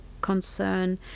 concern